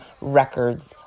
Records